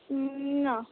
ना